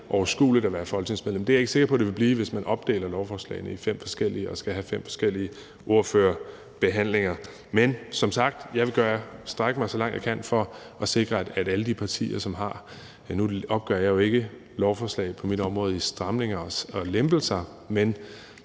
Det er jeg ikke sikker på det vil blive, hvis man opdeler lovforslagene i fem forskellige dele og skal have fem forskellige ordførere og behandlinger. Men som sagt vil jeg strække mig så langt, jeg kan, for at sikre, at alle partierne så vidt muligt kan stemme efter deres overbevisning. Nu opgør jeg jo ikke lovforslag på mit område i stramninger og lempelser, men